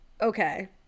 Okay